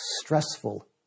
stressful